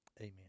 Amen